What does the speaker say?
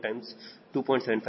7557